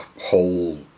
whole